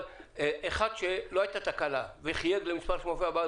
אבל אם לא הייתה תקלה וחייג למספר שמופיע במאגר,